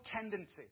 tendency